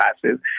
classes